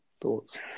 thoughts